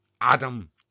Adam